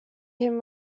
him